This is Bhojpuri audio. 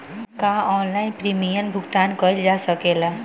का ऑनलाइन प्रीमियम भुगतान कईल जा सकेला?